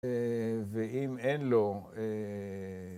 ‫ואם אין לו...